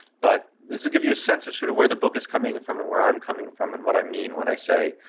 but this will give you a sense of sort of where the book is coming from and where i'm coming from and what i mean when i say,